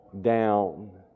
down